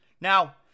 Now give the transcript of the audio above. Now